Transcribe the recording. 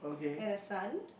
and a sun